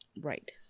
Right